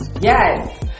Yes